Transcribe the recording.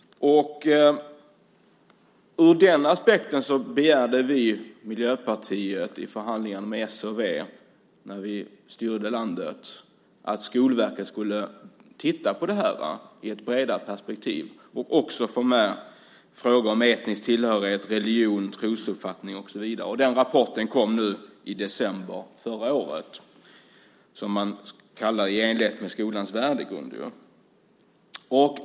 Utifrån den aspekten begärde vi i Miljöpartiet i förhandlingarna med s och v när vi styrde landet, att Skolverket skulle titta på det här i ett bredare perspektiv och även ta med frågor om etnisk tillhörighet, religion, trosuppfattning och så vidare. Den rapporten, I enlighet med skolans värdegrund? , kom i december förra året.